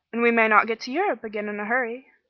and we may not get to europe again in a hurry.